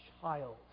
child